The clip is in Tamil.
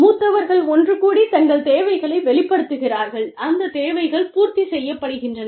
மூத்தவர்கள் ஒன்று கூடி தங்கள் தேவைகளை வெளிப்படுத்துகிறார்கள் அந்த தேவைகள் பூர்த்தி செய்யப்படுகின்றன